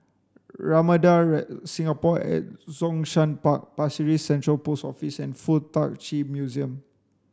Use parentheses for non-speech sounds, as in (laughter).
(unintelligible) Singapore at Zhongshan Park Pasir Ris Central Post Office and Fuk Tak Chi Museum